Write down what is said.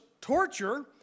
torture